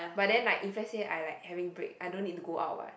but then like if let's say I like having break I don't need to go out what